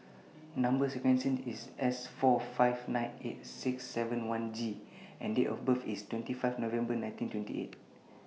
Number sequence IS S four five nine eight six seven one G and Date of birth IS twenty five November nineteen twenty eight